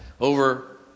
over